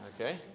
Okay